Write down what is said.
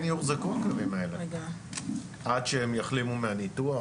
איפה הם יוחזקו הכלבים האלה עד שהם יחלימו מהניתוח,